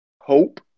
hope